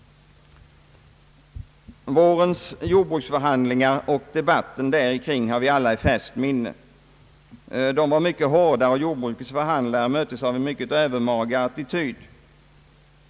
Vårens jordbruksförhandlingar och debatten kring dem har vi alla i färskt minne. De var synnerligen hårda, och jordbrukets förhandlare möttes av en mycket övermaga attityd.